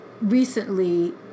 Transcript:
recently